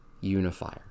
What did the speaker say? unifier